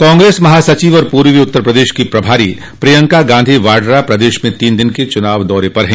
कांग्रेस महासचिव और पूर्वी उत्तर प्रदेश की प्रभारी प्रियंका गांधी वाड्रा प्रदेश में तीन दिन के चुनाव दौरे पर हैं